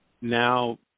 Now